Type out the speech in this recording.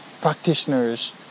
practitioners